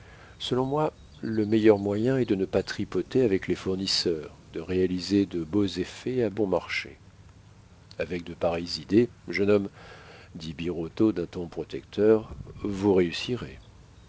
selon moi le meilleur moyen est de ne pas tripoter avec les fournisseurs de réaliser de beaux effets à bon marché avec de pareilles idées jeune homme dit birotteau d'un ton protecteur vous réussirez